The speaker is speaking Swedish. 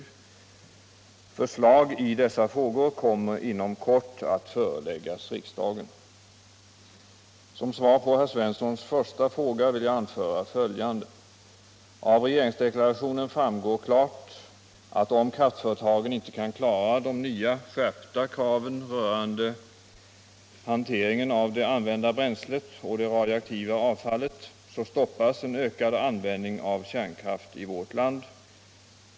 Förslag i dessa frågor Om regeringens linje i kärnkrafts frågan Om regeringens linje i kärnkraftsfrågan kommer inom kort att föreläggas riksdagen. Som svar på herr Svenssons första fråga vill jag anföra följande. Av regeringsdeklarationen framgår klart att om kraftföretagen inte kan klara de nya skärpta kraven rörande hanteringen av det använda bränslet och det radioaktiva avfallet, så stoppas en ökad användning av kärnkraft 1 vårt land.